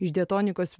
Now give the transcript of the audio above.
iš diatonikos